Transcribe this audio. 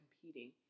competing